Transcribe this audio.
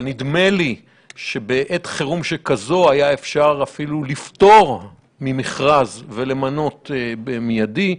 אבל נדמה לי שבעת חירום שכזו היה אפשר אפילו לפטור ממכרז ולמנות במיידי.